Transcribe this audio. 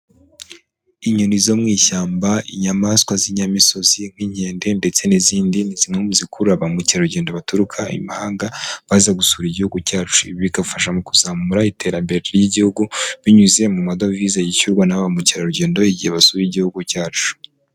Inyoni zo mu ishyamba inyamaswa z'inyamisozi nk'inkende ndetse n'izindi ni zi mu zikurura ba mukerarugendo baturuka imahanga baza gusura igihugu cyacu. Ibi bigafasha mu kuzamura iterambere ry'igihugu binyuze mu madovize yishyurwa na ba mukerarugendo igihe basura igihugu cyacu.